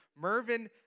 Mervin